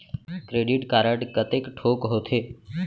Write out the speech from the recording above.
Credit card कतेक ठोक होथे?